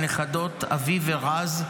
והנכדות אביב ורז,